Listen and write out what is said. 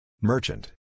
Merchant